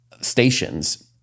stations